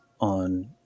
on